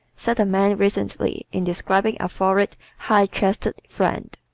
said a man recently in describing a florid, high-chested friend.